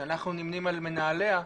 שאנחנו נמנים על מנהליה,